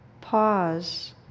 pause